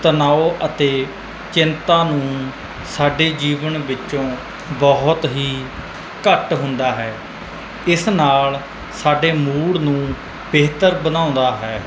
ਤਨਾਓ ਅਤੇ ਚਿੰਤਾ ਨੂੰ ਸਾਡੇ ਜੀਵਨ ਵਿੱਚੋਂ ਬਹੁਤ ਹੀ ਘੱਟ ਹੁੰਦਾ ਹੈ ਇਸ ਨਾਲ ਸਾਡੇ ਮੂਡ ਨੂੰ ਬਿਹਤਰ ਬਣਾਉਂਦਾ ਹੈ